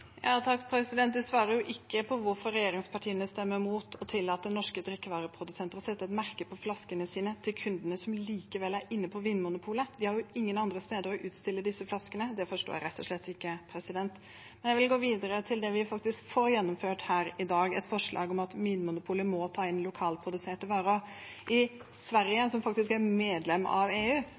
svarer jo ikke på hvorfor regjeringspartiene stemmer imot å tillate norske drikkevareprodusenter å sette et merke på flaskene sine til kundene som likevel er inne på Vinmonopolet. De har jo ingen andre steder å utstille disse flaskene. Det forstår jeg rett og slett ikke. Jeg vil gå videre til det vi faktisk får gjennomført her i dag, et forslag om at Vinmonopolet må ta inn lokalproduserte varer. I Sverige, som er medlem av EU,